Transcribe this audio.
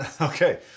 Okay